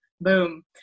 boom